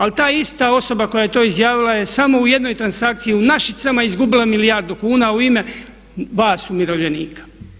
Ali ta ista osoba koja je to izjavila je samo u jednoj transakciji u Našicama izgubila milijardu kuna u ime vas umirovljenika.